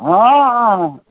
ହଁ ହଁ